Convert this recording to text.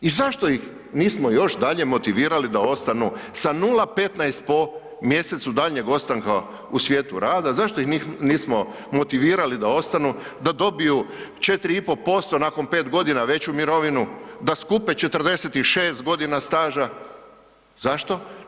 I zašto ih nismo još dalje motivirali da ostanu sa 0,15 po mjesecu daljnjeg ostanka u svijetu rada, zašto ih nismo motivirali da ostanu da dobiju 4,5% nakon pet godina veću mirovinu, da skupe 46 godina staža, zašto?